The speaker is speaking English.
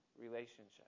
relationship